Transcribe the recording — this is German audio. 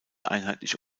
einheitliche